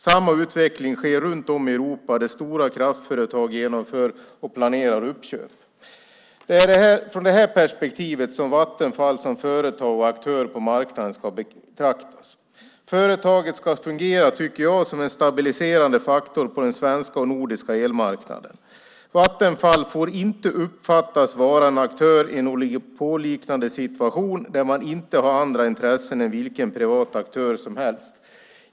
Samma utveckling sker runt om i Europa, där stora kraftföretag genomför och planerar uppköp. Det är från det här perspektivet som Vattenfall som företag och aktör på marknaden ska betraktas. Företaget ska fungera som den stabiliserande faktorn på den svenska och nordiska elmarknaden. Vattenfall får inte uppfattas vara en aktör i en oligopolliknande situation, där man inte har andra intressen än vilken privat aktör som helst.